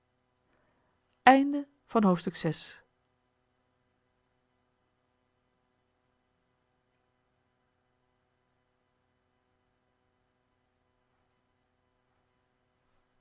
zalen van het